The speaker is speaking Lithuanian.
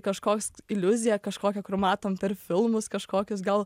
kažkoks iliuzija kažkokia kur matom per filmus kažkokius gal